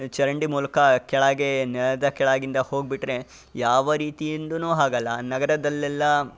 ಚರಂಡಿ ಮೂಲಕ ಕೆಳಗೆ ನೆಲದ ಕೆಳಗಿಂದ ಹೋಗಿಬಿಟ್ರೆ ಯಾವ ರೀತಿಯಿಂದನೂ ಆಗಲ್ಲ ನಗರದಲ್ಲೆಲ್ಲ